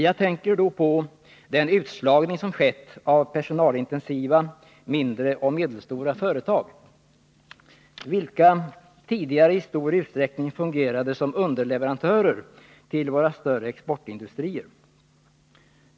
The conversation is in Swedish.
Jag tänker då på den utslagning som skett av personalintensiva mindre och medelstora företag, vilka tidigare i stor utsträckning fungerade som underleverantörer till våra större exportindustrier.